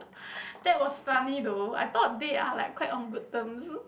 that was funny though I thought they are like quite on good terms